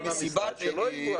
רצוי גם על המסיבות שלא יגבו עכשיו.